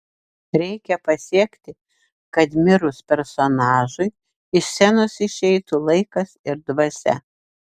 reikia pasiekti kad mirus personažui iš scenos išeitų laikas ir dvasia